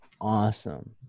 awesome